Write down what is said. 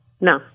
No